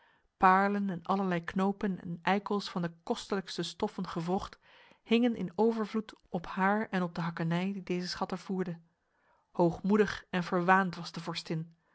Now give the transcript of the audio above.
paarlen en allerlei knopen en eikels van de kostelijkste stoffen gewrocht hingen in overvloed op haar en op de hakkenij die deze schatten voerde hoogmoedig en verwaand was de